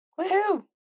Woohoo